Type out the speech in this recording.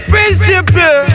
Principle